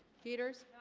theatres